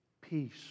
Peace